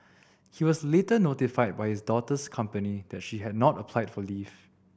he was later notified by his daughter's company that she had not applied for leave